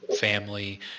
family